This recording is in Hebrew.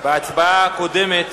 בהצבעה הקודמת